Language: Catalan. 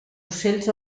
ocells